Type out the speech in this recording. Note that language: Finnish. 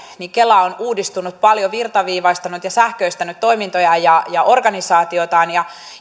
kela on uudistunut paljon virtaviivaistanut ja sähköistänyt toimintojaan ja ja organisaatiotaan ja